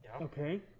Okay